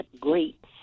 great